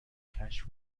کشف